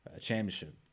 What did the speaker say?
championship